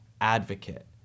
advocate